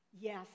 yes